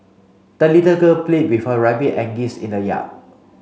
the little girl played with her rabbit and geese in the yard